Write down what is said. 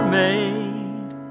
made